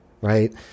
right